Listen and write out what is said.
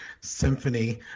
symphony